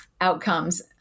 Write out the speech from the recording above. outcomes